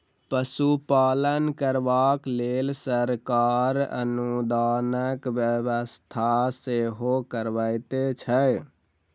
पशुपालन करबाक लेल सरकार अनुदानक व्यवस्था सेहो करबैत छै